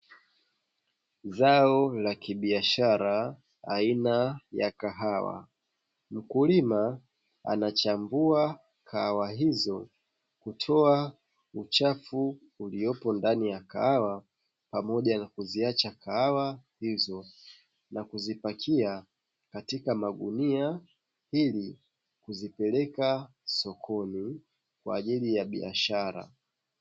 Zao la kibiashara aina ya kahawa, mkulima anachambua kahawa hizo kutoa uchafu uliopo ndani ya kahawa pamoja na kuziacha kahawa hizo na kuzipakia katika magunia ili kuzipeleka sokoni kwa ajili ya biashara.